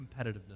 competitiveness